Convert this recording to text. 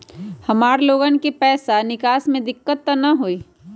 हमार लोगन के पैसा निकास में दिक्कत त न होई?